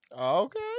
Okay